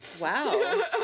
Wow